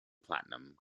platinum